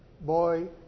boy